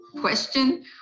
question